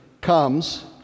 comes